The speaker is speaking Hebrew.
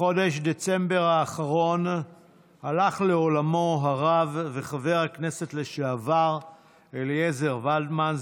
בחודש דצמבר האחרון הלך לעולמו הרב וחבר הכנסת לשעבר אליעזר ולדמן,